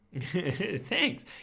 Thanks